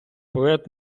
поет